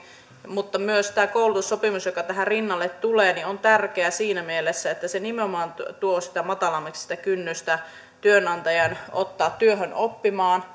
mutta myös tämä koulutussopimus joka tähän rinnalle tulee on tärkeä siinä mielessä että se nimenomaan tuo matalammaksi sitä kynnystä työnantajan ottaa työhön oppimaan